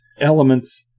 elements